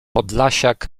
podlasiak